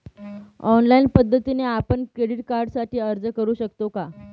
Online पद्धतीने आपण credit कार्डसाठी अर्ज करु शकतो का?